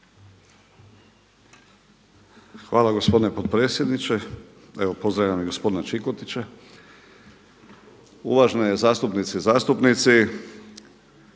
Hvala gospodine potpredsjedniče. Evo pozdravljam i gospodina Čikotića, uvažene zastupnice i zastupnici